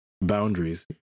boundaries